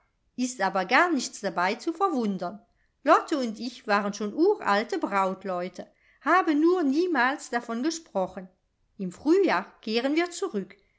ist aber gar nichts dabei zu verwundern lotte und ich waren schon uralte brautleute haben nur niemals davon gesprochen im frühjahr kehren wir zurück